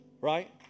right